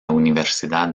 universidad